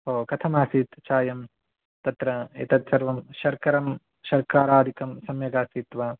ओ कथमासीत् चायं तत्र एतत्सर्वं शर्करा शर्करादिकं सम्यगासीत् वा